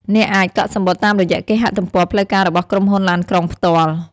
អ្នកអាច កក់សំបុត្រតាមរយៈគេហទំព័រផ្លូវការរបស់ក្រុមហ៊ុនឡានក្រុង ផ្ទាល់។